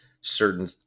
certain